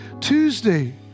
Tuesday